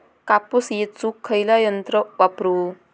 कापूस येचुक खयला यंत्र वापरू?